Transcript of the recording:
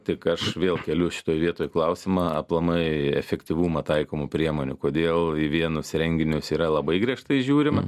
tik aš vėl keliu šitoj vietoj klausimą aplamai efektyvumą tai priemonių kodėl į vienus renginius yra labai griežtai žiūrima